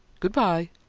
good-bye!